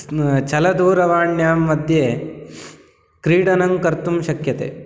स्न् चलदूरवाण्यां मध्ये क्रीडनं कर्तुं शक्यते